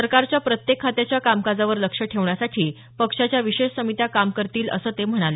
सरकारच्या प्रत्येक खात्याच्या कामकाजावर लक्ष ठेवण्यासाठी पक्षाच्या विशेष समित्या काम करतील असं ते म्हणाले